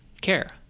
care